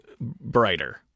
brighter